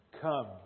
Come